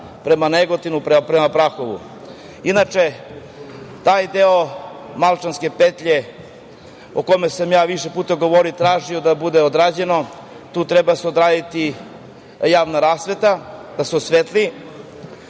prema Negotinu, prema Prahovu. Inače, taj deo Malčanske petlje, o kome sam ja više puta govorio i tražio da bude odrađeno, tu treba da se odradi javna rasveta, da se osvetli.